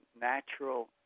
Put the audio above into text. natural